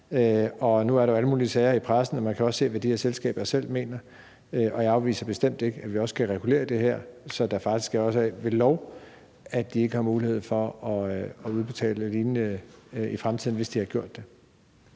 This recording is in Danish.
Og nu er der jo alle mulige sager i pressen, og man kan også se, hvad de her selskaber selv mener. Og jeg afviser bestemt ikke, at vi også kan regulere det her, så vi faktisk også ved lov sørger for, at de ikke har mulighed for at udbetale lignende i fremtiden, hvis de har gjort det.